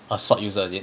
must swap user again